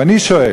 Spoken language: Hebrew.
ואני שואל,